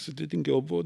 sudėtingiau buvo